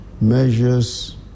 measures